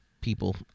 people